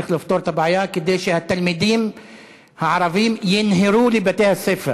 צריך לפתור את הבעיה כדי שהתלמידים הערבים ינהרו לבתי-הספר.